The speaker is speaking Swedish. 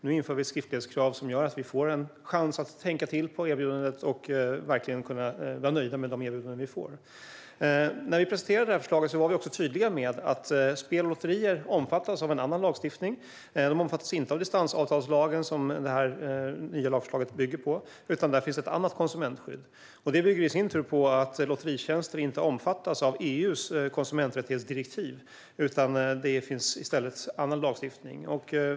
Nu inför vi skriftlighetskrav som gör att man får en chans att tänka till på erbjudandet och verkligen kunna vara nöjda med de erbjudanden man får. När regeringen presenterade förslaget var vi tydliga med att spel och lotterier omfattas av en annan lagstiftning. De omfattas inte av distansavtalslagen, som det nya lagförslaget bygger på. Där finns ett annat konsumentskydd. Det bygger i sin tur på att lotteritjänster inte omfattas av EU:s konsumenträttighetsdirektiv. Det finns i stället annan lagstiftning.